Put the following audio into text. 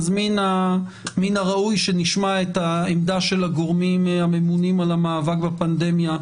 מן הראוי שנשמע את העמדה של הגורמים הממונים על המאבק בפנדמיה,